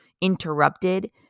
interrupted